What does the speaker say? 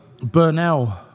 Burnell